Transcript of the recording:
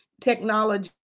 technology